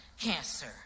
cancer